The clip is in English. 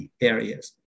areas